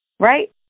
right